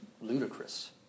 ludicrous